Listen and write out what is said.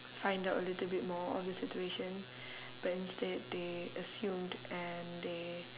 find out a little bit more of the situation but instead they assumed and they